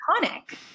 iconic